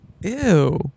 Ew